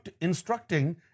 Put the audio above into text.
instructing